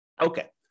Okay